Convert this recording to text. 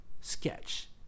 sketch